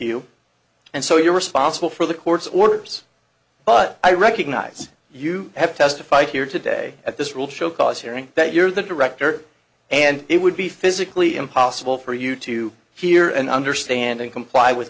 you and so you're responsible for the court's orders but i recognize you have testified here today at this rule show cause hearing that you're the director and it would be physically impossible for you to hear and understanding comply with